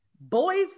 Boys